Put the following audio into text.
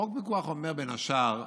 חוק הפיקוח אומר, בין השאר,